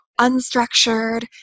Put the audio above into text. unstructured